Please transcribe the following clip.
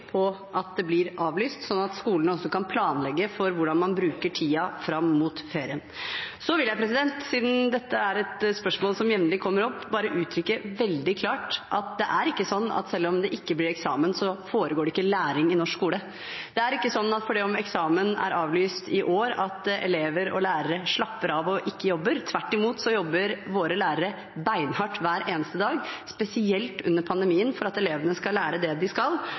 på at den blir avlyst, sånn at skolene også kunne planlegge for hvordan man bruker tiden fram mot ferien. Så vil jeg, siden dette er et spørsmål som jevnlig kommer opp, bare uttrykke veldig klart at det ikke er sånn at selv om det ikke blir eksamen, foregår det ikke læring i norsk skole. Det er ikke sånn at fordi eksamen er avlyst i år, slapper elever og lærere av og jobber ikke. Tvert imot jobber våre lærere beinhardt hver eneste dag, spesielt under pandemien, for at elevene skal lære det de skal.